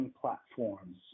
platforms